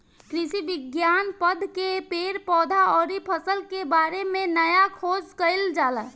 कृषि विज्ञान पढ़ के पेड़ पौधा अउरी फसल के बारे में नया खोज कईल जाला